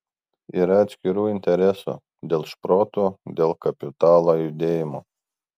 yra atskirų interesų dėl šprotų dėl kapitalo judėjimo